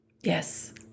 Yes